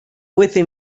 within